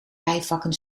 rijvakken